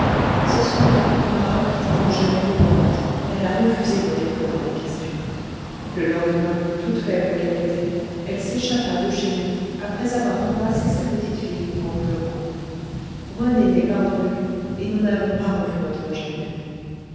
ce soir-là on m'a rapporté angèle mourante elle a refusé de répondre à mes questions le lendemain toute faible qu'elle était elle s'échappa de chez nous après avoir embrassé sa petite fille en pleurant rené n'est pas revenu et nous n'avons pas revu notre angèle